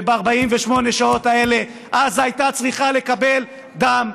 וב-48 שעות האלה עזה הייתה צריכה לקבל דם,